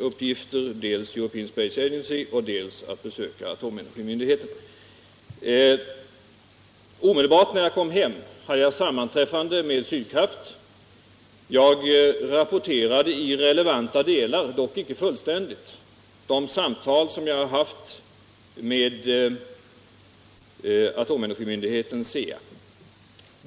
uppgifter — dels att leda delegationen i European Space Agency, dels att besöka atomenergimyndigheten. När jag kom hem hade jag omedelbart sammanträffande med Sydkraft. Jag rapporterade i relevanta delar, dock inte fullständigt, de samtal som jag hade haft med atomenergimyndigheten, CEA.